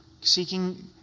Seeking